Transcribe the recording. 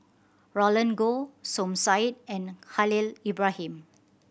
Roland Goh Som Said and Khalil Ibrahim